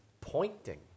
pointing